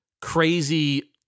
crazy